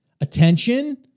attention